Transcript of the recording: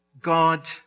God